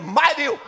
mighty